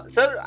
Sir